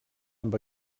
amb